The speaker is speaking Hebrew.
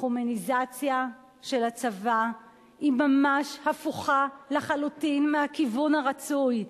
החומייניזציה של הצבא היא ממש הפוכה לחלוטין מהכיוון הרצוי.